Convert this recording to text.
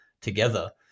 together